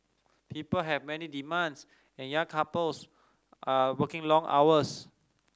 people have many demands and young couples are working long hours